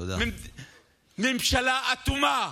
ממשלה אטומה.